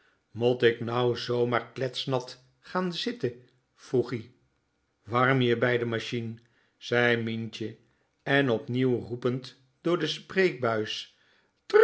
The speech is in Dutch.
mot k nou zoo maar klèsnat gaan zilte vroeg-ie warm je bij de machien zei mientje en opnieuw roepend door de